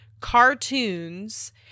cartoons